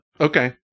Okay